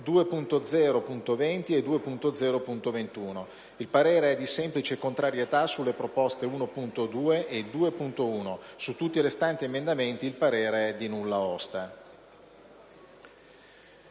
2.0.20 e 2.0.21. Il parere è di semplice contrarietà sulle proposte 1.2 e 2.1. Su tutti i restanti emendamenti, il parere è di nulla osta».